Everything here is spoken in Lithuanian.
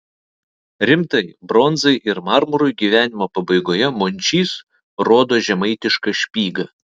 rimtai bronzai ir marmurui gyvenimo pabaigoje mončys rodo žemaitišką špygą